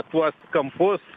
tuos kampus